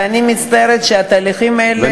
ואני מצטערת שהתהליכים האלה, ואתה צודק.